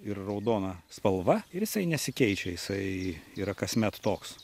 ir raudona spalva ir jisai nesikeičia jisai yra kasmet toks